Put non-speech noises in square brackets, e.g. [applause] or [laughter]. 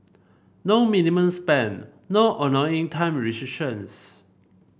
no minimums spend no annoying time [unintelligible]